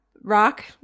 rock